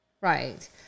Right